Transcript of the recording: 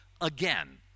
again